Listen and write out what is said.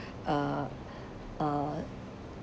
uh uh